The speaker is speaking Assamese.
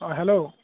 অঁ হেল্ল'